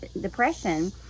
depression